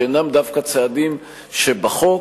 שאינם דווקא צעדים שבחוק,